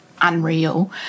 unreal